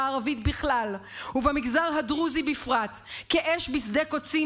הערבית בכלל ובמגזר הדרוזי בפרט כאש בשדה קוצים.